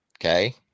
Okay